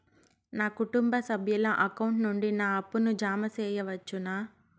నా కుటుంబ సభ్యుల అకౌంట్ నుండి నా అప్పును జామ సెయవచ్చునా?